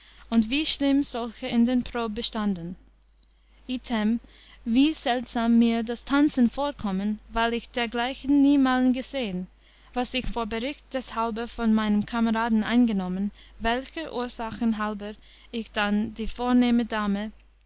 und wie schlimm solche in der prob bestanden item wie seltsam mir das tanzen vorkommen weil ich dergleichen niemalen gesehen was ich vor bericht deshalber von meinem kameraden eingenommen welcher ursachen halber ich dann die vornehme dame